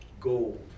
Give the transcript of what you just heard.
gold